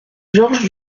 georges